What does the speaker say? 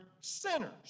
sinners